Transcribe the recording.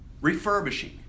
refurbishing